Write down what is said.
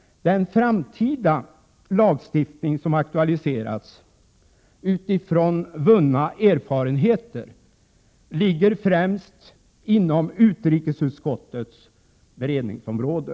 Den framtida lagstiftning som aktualiserats utifrån vunna erfarenheter ligger främst inom utrikesutskottets beredningsområde.